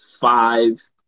five